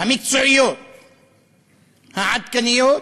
המקצועיות העדכניות